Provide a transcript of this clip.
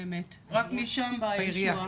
האמת, רק משם באה הישועה.